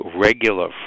regular